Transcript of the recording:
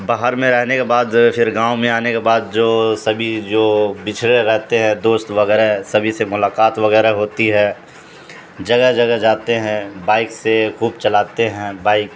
باہر میں رہنے کے بعد پھر گاؤں میں آنے کے بعد جو سبھی جو پچھڑے رہتے ہیں دوست وغیرہ سبھی سے ملاقات وغیرہ ہوتی ہے جگہ جگہ جاتے ہیں بائک سے خوب چلاتے ہیں بائک